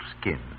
skin